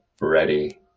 ready